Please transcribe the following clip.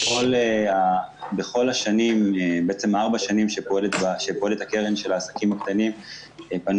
בארבע השנים בהן פועלת הקרן של העסקים הקטנים פנו